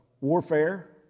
warfare